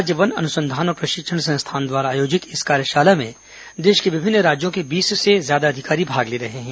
राज्य वन अनुसंघान और प्रशिक्षण संस्थान द्वारा आयोजित इस कार्यशाला में देश के विभिन्न राज्यों के बीस से ज्यादा अधिकारी भाग ले रहे हैं